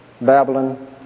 Babylon